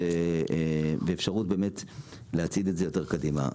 ואפשרות להצעיד את זה יותר קדימה.